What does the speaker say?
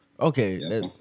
Okay